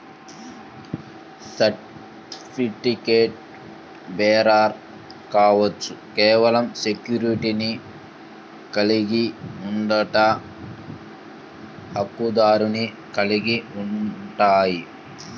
సర్టిఫికెట్లుబేరర్ కావచ్చు, కేవలం సెక్యూరిటీని కలిగి ఉండట, హక్కుదారుని కలిగి ఉంటాయి,